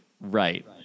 Right